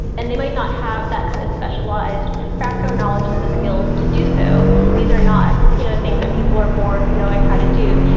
and they might not have that kind of specialised background knowledge and the skills to do so. these are not you know things that people are born knowing how to do.